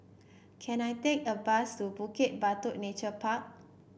can I take a bus to Bukit Batok Nature Park